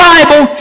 Bible